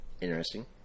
Interesting